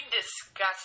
disgusting